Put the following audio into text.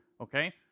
okay